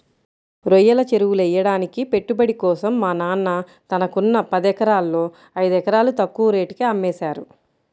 రొయ్యల చెరువులెయ్యడానికి పెట్టుబడి కోసం మా నాన్న తనకున్న పదెకరాల్లో ఐదెకరాలు తక్కువ రేటుకే అమ్మేశారు